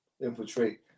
Infiltrate